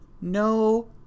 No